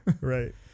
Right